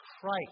Christ